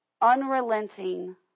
unrelenting